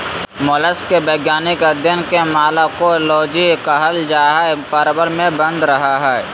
mollusc के वैज्ञानिक अध्यन के मालाकोलोजी कहल जा हई, प्रवर में बंद रहअ हई